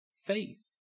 faith